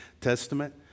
Testament